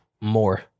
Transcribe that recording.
more